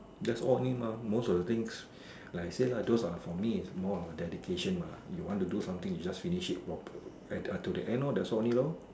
that's all only mah most of the things like I said lah those are for me it's more of dedication mah you want to do something you just finish it prop at till the end lor that's all only lor